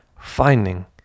finding